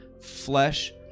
flesh